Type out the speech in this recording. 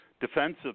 defensive